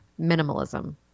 minimalism